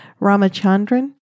Ramachandran